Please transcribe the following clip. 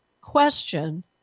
question